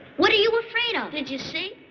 what are you afraid of? did you see?